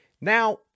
Now